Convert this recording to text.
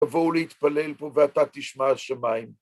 ובואו להתפלל פה ואתה תשמע את שמיים.